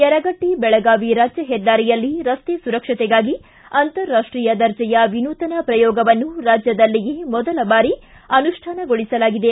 ಯರಗಟ್ಟಿ ಬೆಳಗಾವಿ ರಾಜ್ಯ ಹೆದ್ದಾರಿಯಲ್ಲಿ ರಸ್ತೆ ಸುರಕ್ಷತೆಗಾಗಿ ಅಂತರ್ ರಾಷ್ಷೀಯ ದರ್ಜೆಯ ವಿನೂತನ ಪ್ರಯೋಗವನ್ನು ರಾಜ್ಯದಲ್ಲಿಯೇ ಮೊದಲ ಬಾರಿ ಅನುಷ್ಠಾನಗೊಳಿಸಲಾಗಿದೆ